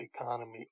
economy